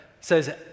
says